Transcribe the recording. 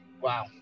Wow